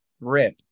rip